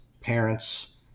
parents